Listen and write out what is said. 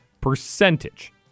percentage